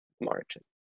margin